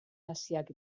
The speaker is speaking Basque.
naziak